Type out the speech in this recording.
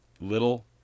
Little